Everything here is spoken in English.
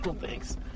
Thanks